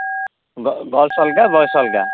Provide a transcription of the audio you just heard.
ଗ ଗଲସ୍ ଅଲଗା ବଏଜ୍ ଅଲଗା